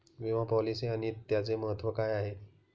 विमा पॉलिसी आणि त्याचे महत्व काय आहे?